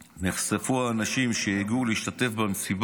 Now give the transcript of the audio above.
נחשפו האנשים שהגיעו להשתתף במסיבה,